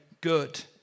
good